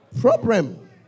Problem